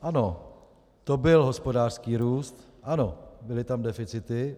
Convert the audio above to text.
Ano, to byl hospodářský růst, ano, byly tam deficity.